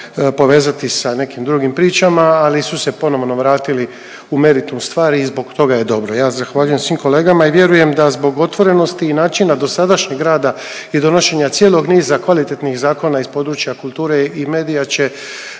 povezati sa nekim drugim pričama, ali su se ponovno vratili u meritum stvari i zbog toga je dobro. Ja zahvaljujem svim kolegama i vjerujem da zbog otvorenosti i načina dosadašnjeg rada i donošenja cijelog niza kvalitetnih zakona iz područja kulture i medija će